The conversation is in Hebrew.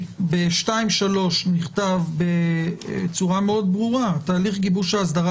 ב-2(3) נכתב בצורה מאוד ברורה: תהליך גיבוש האסדרה